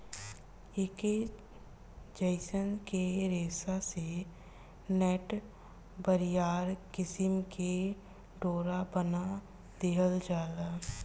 ऐके जयसन के रेशा से नेट, बरियार किसिम के डोरा बना दिहल जाला